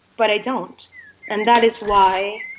but i don't and that is why,